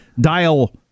dial